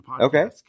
Okay